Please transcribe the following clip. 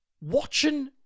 watching